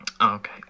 Okay